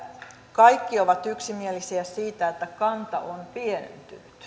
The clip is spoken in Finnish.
kaikki ovat yksimielisiä siitä että kanta on pienentynyt